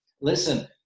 Listen